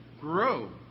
grow